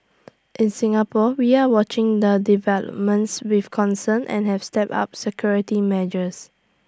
in Singapore we are watching the developments with concern and have stepped up security measures